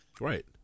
Right